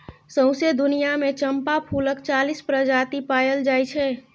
सौंसे दुनियाँ मे चंपा फुलक चालीस प्रजाति पाएल जाइ छै